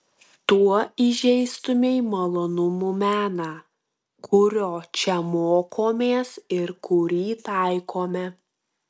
tuo įžeistumei malonumų meną kurio čia mokomės ir kurį taikome